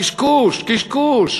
קשקוש, קשקוש.